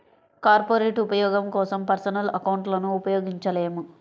corporate ఉపయోగం కోసం personal అకౌంట్లను ఉపయోగించలేము